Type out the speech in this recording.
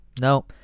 No